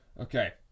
okay